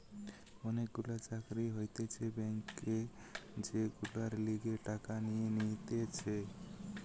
অনেক গুলা চাকরি হতিছে ব্যাংকে যেগুলার লিগে টাকা নিয়ে নিতেছে